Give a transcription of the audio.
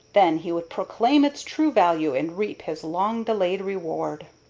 then he would proclaim its true value and reap his long-delayed reward.